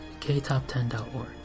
ktop10.org